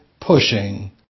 pushing